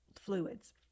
fluids